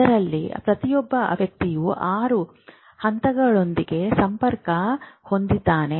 ಇದರಲ್ಲಿ ಪ್ರತಿಯೊಬ್ಬ ವ್ಯಕ್ತಿಯು 6 ಹಂತಗಳೊಂದಿಗೆ ಸಂಪರ್ಕ ಹೊಂದಿದ್ದಾನೆ